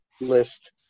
list